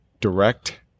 direct